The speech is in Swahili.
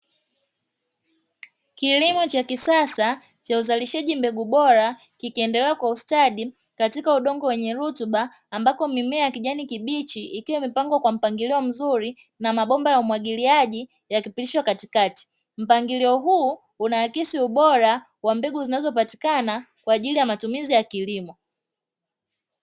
Kilimo cha kisasa cha uzalishaji mbegu bora kikiendelea kwa ustadi katika udogno wenye rutuba, ambako mimea ya kijani kibichi ikiwa imepangwa kwa mpangilio mzuri, na mabomba ya umwagiliaji yakipitishwa katikati. Mpangilio huu unaakisi ubora wa mbegu zinazopatikana kwa aajili ya ubora wa kilimo.